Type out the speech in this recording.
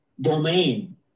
domain